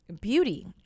beauty